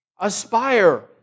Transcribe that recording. Aspire